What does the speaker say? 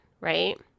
right